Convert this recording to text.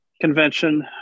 convention